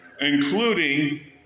including